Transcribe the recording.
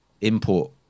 import